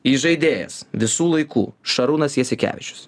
įžaidėjas visų laikų šarūnas jasikevičius